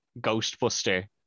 ghostbuster